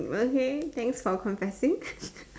okay thanks for confessing